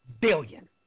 billion